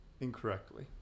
incorrectly